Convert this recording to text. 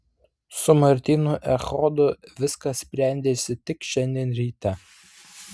su martynu echodu viskas sprendėsi tik šiandien ryte